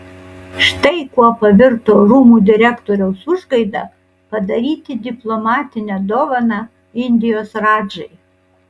štai kuo pavirto rūmų direktoriaus užgaida padaryti diplomatinę dovaną indijos radžai